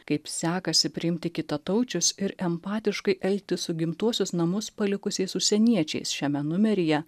kaip sekasi priimti kitataučius ir empatiškai elgtis su gimtuosius namus palikusiais užsieniečiais šiame numeryje